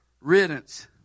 riddance